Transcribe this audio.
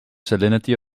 salinity